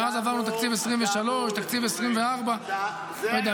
מאז עברנו את תקציב 2023, תקציב 2024. לא יודע.